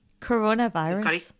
Coronavirus